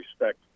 respect